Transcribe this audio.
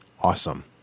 awesome